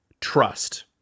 trust